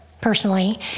personally